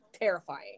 terrifying